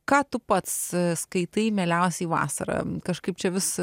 ką tu pats skaitai mieliausiai vasarą kažkaip čia vis